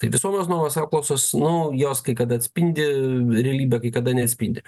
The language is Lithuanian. tai visuomenės nuomonės apklausos nu jos kai kad atspindi realybę kai kada neatspindi